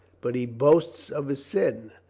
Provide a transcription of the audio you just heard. but he boasts of his sin?